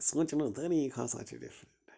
سونچٕنُک طٔریٖقہٕ ہسا چھِ ڈِفرنٛٹ